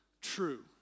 true